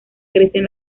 crecen